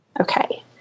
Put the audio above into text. Okay